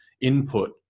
input